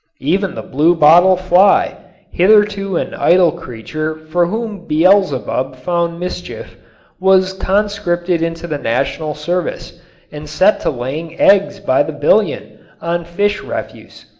even the blue-bottle fly hitherto an idle creature for whom beelzebub found mischief was conscripted into the national service and set to laying eggs by the billion on fish refuse.